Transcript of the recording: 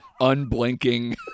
unblinking